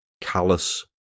callous